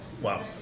Wow